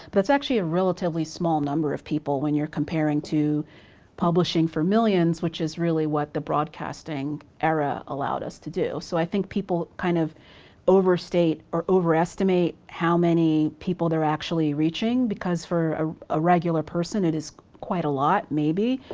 but it's actually a relatively small number of people when you're comparing to publishing for millions which is really what the broadcasting era allowed us to do. so i think people kind of overstate or overestimate how many people they're actually reaching. because for ah a regular person it is quite a lot, maybe.